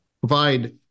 provide